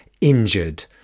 injured